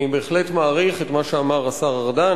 אני בהחלט מעריך את מה שאמר השר ארדן,